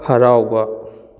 ꯍꯔꯥꯎꯕ